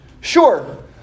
Sure